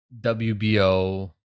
wbo